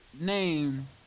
name